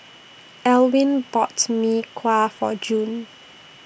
Elwin bought Mee Kuah For June